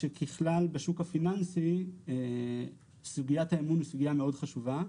אני כן אגיד שככלל בשוק הפיננסי סוגיית האמון היא סוגייה מאוד חשובה.